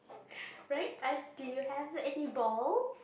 right ah do you have any balls